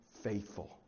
faithful